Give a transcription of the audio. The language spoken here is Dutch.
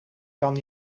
kan